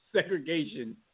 segregation